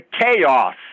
chaos